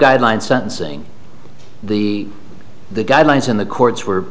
guideline sentencing the the guidelines in the courts were